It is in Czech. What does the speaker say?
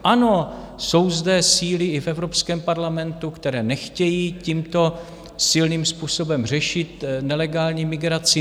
Ano, jsou zde síly i v Evropském parlamentu, které nechtějí tímto silným způsobem řešit nelegální migraci.